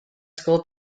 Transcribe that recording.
school